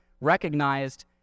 recognized